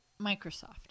Microsoft